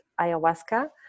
ayahuasca